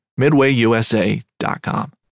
MidwayUSA.com